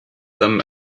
them